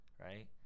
right